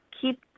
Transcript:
keep